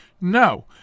No